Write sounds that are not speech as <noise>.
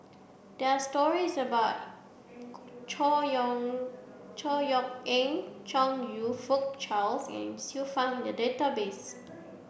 there are stories about <unintelligible> Chor Yeok Chor Yeok Eng Chong You Fook Charles and Xiu Fang in the database